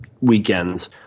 weekends